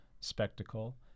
spectacle